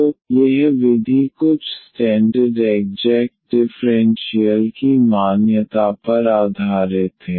तो यह विधि कुछ स्टैंडर्ड एग्जेक्ट डिफ़्रेंशियल की मान्यता पर आधारित है